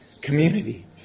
community